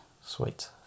Sweet